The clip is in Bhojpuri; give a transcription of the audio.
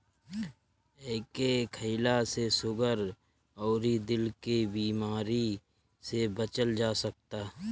एके खईला से सुगर अउरी दिल के बेमारी से बचल जा सकता